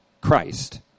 Christ